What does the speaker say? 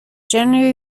generally